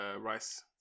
Rice